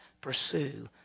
pursue